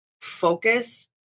focus